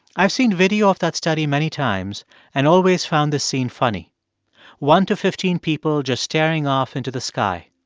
i've seen video of that study many times and always found the scene funny one to fifteen people just staring off into the sky.